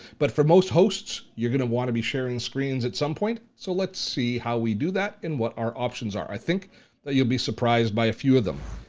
but for most hosts, you're gonna wanna be sharing screens at some point, so let's see how we do that and what our options are. i think that you'll be surprised by a few of them.